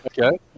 Okay